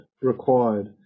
required